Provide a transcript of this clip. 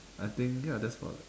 I think ya that's about it